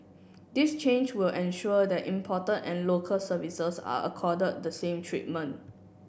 this change will ensure that imported and local services are accorded the same treatment